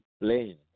plain